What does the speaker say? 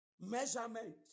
Measurement